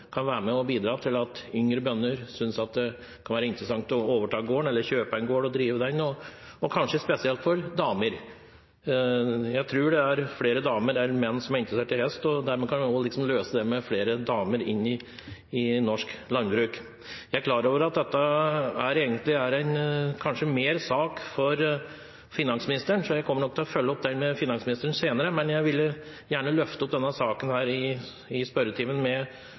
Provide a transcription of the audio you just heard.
kan være med å bidra til at yngre bønder – kanskje spesielt damer – synes at det kan være interessant å overta gården eller kjøpe og drive en gård. Jeg tror det er flere damer enn menn som er interessert i hest, og dermed kan vi også løse utfordringen med å få flere damer inn i norsk landbruk. Jeg er klar over at dette kanskje mer er en sak for finansministeren, så jeg kommer nok til å følge opp dette med ham senere, men jeg ville gjerne løfte opp denne saken i spørretimen